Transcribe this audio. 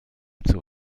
zur